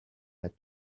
had